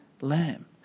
lamb